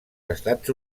estats